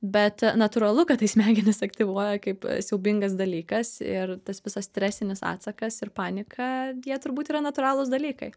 bet natūralu kad tai smegenys aktyvuoja kaip siaubingas dalykas ir tas visas stresinis atsakas ir panika jie turbūt yra natūralūs dalykai